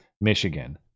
Michigan